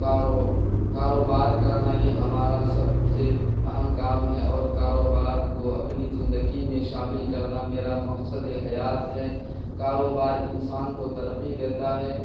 کارو کاروبار کرنا یہ ہمارا سب سے اہم کام ہے اور کاروبار کو اپنی زندگی میں شامل کرنا میرا مقصد حیات ہے کاروبار انسان کو ترقی دیتا ہے